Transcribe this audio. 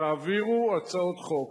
תעבירו הצעות חוק,